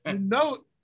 no